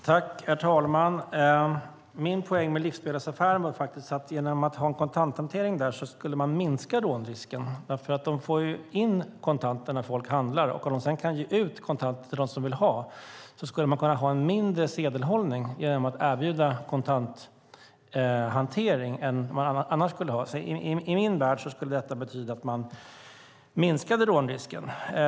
Herr talman! Min poäng med att tala om livsmedelsaffärer är att man skulle minska rånrisken genom att ha kontanthantering där. De får ju in kontanter när folk handlar, och om de sedan kan lämna ge ut kontanter till dem som vill ha skulle man därigenom kunna ha en mindre sedelhållning än annars. I min värld skulle det innebära att man minskade rånrisken.